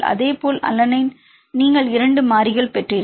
அதேபோல் அலனைன் நீங்கள் 2 மாறிகள் பெற்றீர்கள்